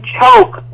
choke